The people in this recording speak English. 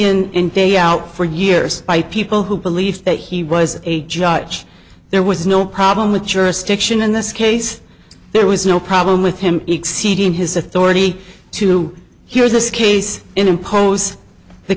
out for years by people who believed that he was a judge there was no problem with jurisdiction in this case there was no problem with him exceeding his authority to hear this case impose the